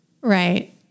Right